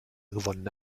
gewonnene